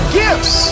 gifts